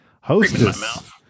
Hostess